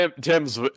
Tim's